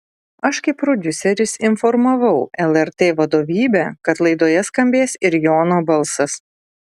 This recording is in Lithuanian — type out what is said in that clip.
aš kaip prodiuseris informavau lrt vadovybę kad laidoje skambės ir jono balsas